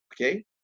okay